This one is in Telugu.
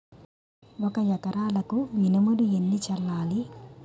ఒక ఎకరాలకు మినువులు ఎన్ని చల్లాలి?